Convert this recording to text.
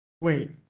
Wait